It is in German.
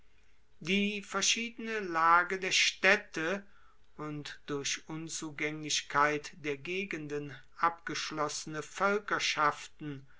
die verschiedene lage der städte und durch unzugänglichkeit der gegenden abgeschlossene